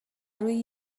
روی